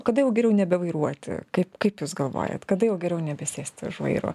kada jau geriau nebevairuoti kaip kaip jūs galvojat kada jau geriau nebesėsti už vairo